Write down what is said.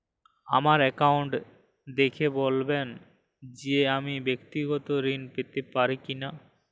আমার অ্যাকাউন্ট দেখে বলবেন যে আমি ব্যাক্তিগত ঋণ পেতে পারি কি না?